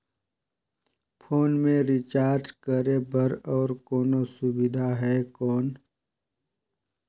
Phone मे recharge करे बर और कोनो सुविधा है कौन?